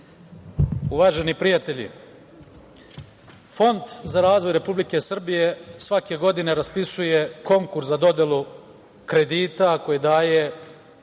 Uvaženi prijatelji, Fond za razvoj Republike Srbije svake godine raspisuje konkurs za dodelu kredita koji daje